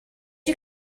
you